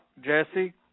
Jesse